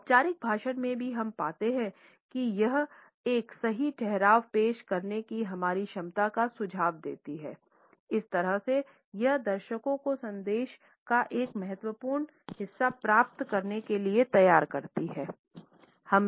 औपचारिक भाषण में भी हम पाते हैं कि यह एक सही ठहराव पेश करने की हमारी क्षमता का सुझाव देती है इस तरह से यह दर्शकों को संदेश का एक महत्वपूर्ण हिस्सा प्राप्त करने के लिए तैयार करता है